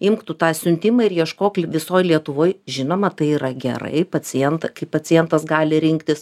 imk tu tą siuntimą ir ieškok visoj lietuvoj žinoma tai yra gerai pacient kai pacientas gali rinktis